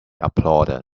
applauded